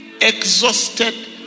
Exhausted